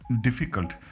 difficult